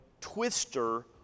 twister